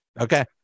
Okay